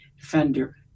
Fender